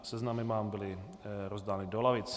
Seznamy vám byly rozdány do lavic.